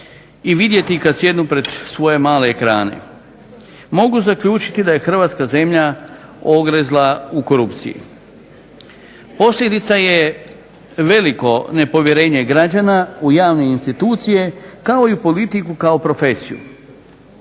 i vidjeti kada sjednu pred male ekrane? Mogu zaključiti da je Hrvatska zemlja ogrezla u korupciji. Posljedica je veliko nepovjerenje građana u javne institucije kao i politiku kao profesiju.